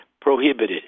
prohibited